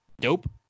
Dope